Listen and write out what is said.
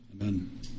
Amen